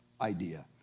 idea